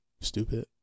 stupid